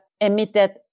emitted